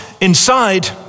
inside